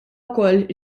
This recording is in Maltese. wkoll